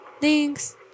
Thanks